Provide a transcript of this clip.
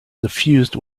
suffused